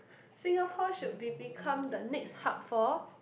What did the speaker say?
Singapore should be become the next hub for